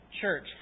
church